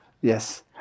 Yes